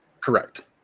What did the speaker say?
Correct